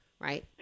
Right